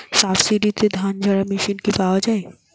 সাবসিডিতে ধানঝাড়া মেশিন কি পাওয়া য়ায়?